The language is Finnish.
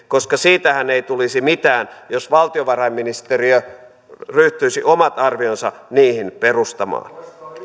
koska siitähän ei tulisi mitään jos valtiovarainministeriö ryhtyisi omat arvionsa niihin perustamaan